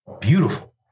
beautiful